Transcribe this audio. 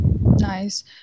Nice